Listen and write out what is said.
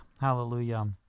hallelujah